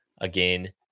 again